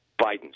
Biden's